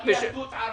גם יהדות ערב.